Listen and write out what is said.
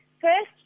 First